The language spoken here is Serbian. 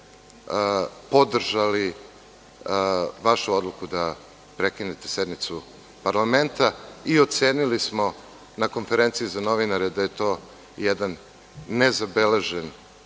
u petak podržali vašu odluku da prekinete sednicu parlamenta i ocenili smo na konferenciji za novinare da je to jedan nezabeležen